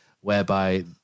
whereby